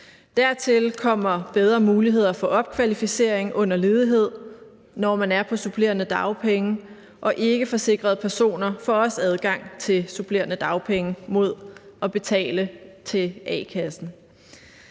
Dertil kommer bedre muligheder for opkvalificering under ledighed, når man er på supplerende dagpenge, og ikkeforsikrede personer får også adgang til supplerende dagpenge mod at betale til a-kassen.